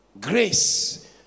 Grace